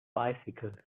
bicycles